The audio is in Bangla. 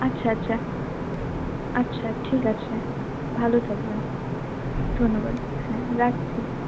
আচ্ছা আচ্ছা আচ্ছা ঠিক আছে ভালো থাকবেন ধন্যবাদ হ্যাঁ রাখছি